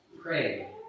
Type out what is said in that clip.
Pray